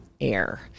air